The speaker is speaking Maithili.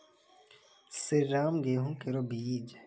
श्रीराम गेहूँ केरो बीज?